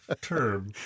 term